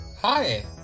Hi